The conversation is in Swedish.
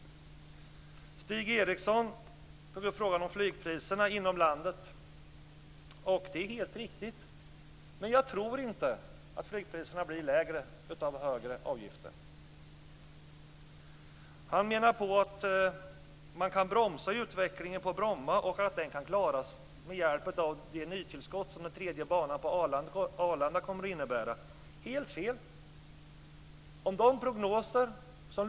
Stig Eriksson tog upp frågan om flygpriserna inom landet. Det är helt riktigt som han sade. Men jag tror inte att flygpriserna blir lägre av högre avgifter. Han menar att man kan bromsa utvecklingen på Bromma och att det hela kan klaras med hjälp av det nytillskott som en tredje bana på Arlanda kommer att innebära. Det är helt fel.